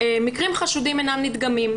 מקרים חשודים אינם נדגמים.